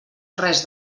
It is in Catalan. res